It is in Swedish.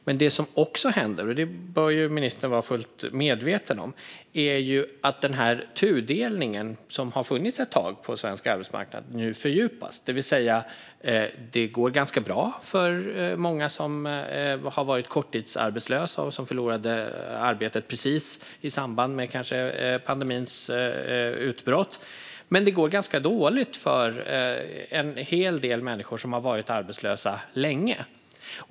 Men det som också händer - det bör ministern vara fullt medveten om - är att den tudelning som har funnits ett tag på svensk arbetsmarknad nu fördjupas. Det går alltså ganska bra för många som har varit korttidsarbetslösa och som förlorade arbetet kanske precis i samband med pandemins utbrott. Men det går ganska dåligt för en hel del människor som har varit arbetslösa länge.